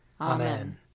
Amen